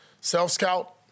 Self-scout